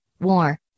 war